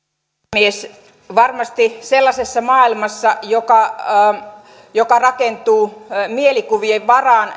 puhemies varmasti näin voi tapahtua sellaisessa maailmassa joka joka rakentuu mielikuvien varaan